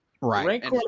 right